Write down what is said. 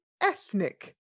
ethnic